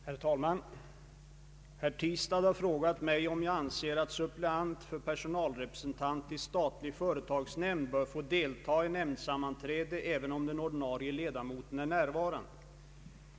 Herr talman! Herr Tistad har frågat mig om jag anser att suppleant för personalrepresentant i statlig företagsnämnd bör få delta i nämndsammanträde även om den ordinarie ledamoten är närvarande.